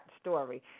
story